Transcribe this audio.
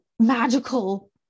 magical